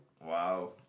Wow